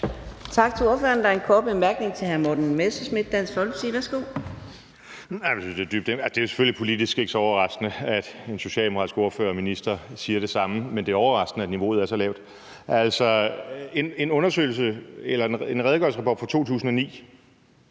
Tak til ordføreren. Der er en kort bemærkning til hr. Morten Messerschmidt, Dansk Folkeparti. Værsgo. Kl. 14:49 Morten Messerschmidt (DF): Det er selvfølgelig politisk ikke så overraskende, at en socialdemokratisk ordfører og minister siger det samme, men det er overraskende, at niveauet er så lavt. Altså, der tales om en redegørelse fra 2009.